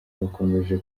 bakomeje